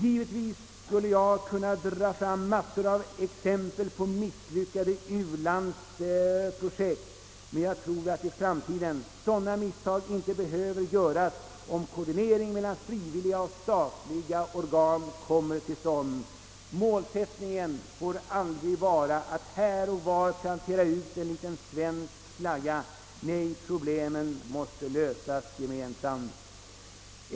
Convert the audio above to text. Givetvis skulle jag kunna anföra mängder av exempel på misslyckade ulandsprojekt, men jag tror att sådana misstag inte behöver göras i framtiden, om koordinering mellan frivilliga och statliga organ kommer till stånd. Målsättningen får aldrig vara att här och var plantera ut en liten svensk flagga — nej, problemen måste lösas gemensamt.